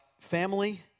family